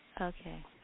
Okay